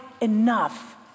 enough